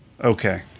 Okay